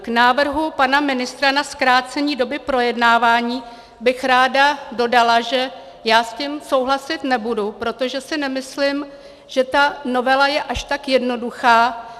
K návrhu pana ministra na zkrácení doby projednávání bych ráda dodala, že s tím souhlasit nebudu, protože si nemyslím, že ta novela je až tak jednoduchá.